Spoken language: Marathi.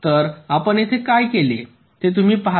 तर आपण येथे काय केले ते तुम्ही पाहता